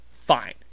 fine